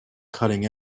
cutting